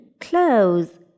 clothes